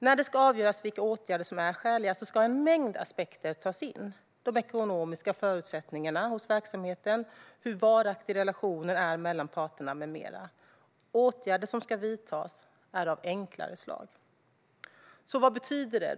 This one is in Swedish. När det ska avgöras vilka åtgärder som är skäliga ska en mängd aspekter tas in i bedömningen, till exempel verksamhetens ekonomiska förutsättningar och hur varaktig relationen mellan parterna är. Åtgärderna som ska vidtas är av enklare slag. Vad betyder det?